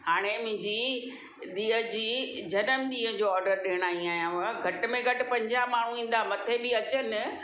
हाणे मुंजी धीअ जी जनमु ॾींहं जो ऑडर ॾेण आई आहियां घटि में घटि पंजाहु माण्हू ईंदा मथे बि अचनि